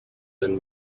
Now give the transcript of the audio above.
than